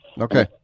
Okay